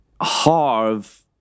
harv